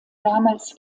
damals